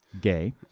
gay